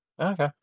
Okay